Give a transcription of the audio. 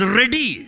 ready